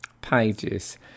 pages